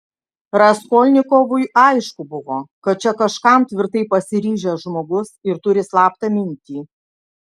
raskolnikovui aišku buvo kad čia kažkam tvirtai pasiryžęs žmogus ir turi slaptą mintį